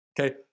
okay